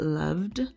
loved